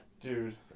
Dude